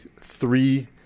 three